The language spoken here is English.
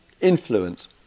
influence